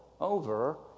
over